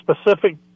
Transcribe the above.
specific